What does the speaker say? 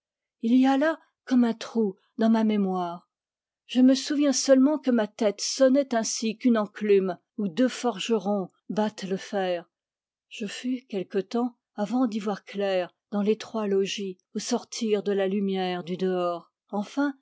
il y a là comme un trou dans ma mémoire je me souviens seulement que ma tête sonnait ainsi qu'une enclume où deux forgerons battent le fer je fus quelque temps avant d'y voir clair dans l'étroit logis au sortir de la lumière du dehors enfin